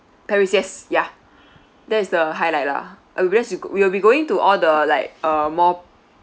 paris yes yeah that is the highlight lah aggre~ we will be going to all the like uh more